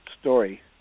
story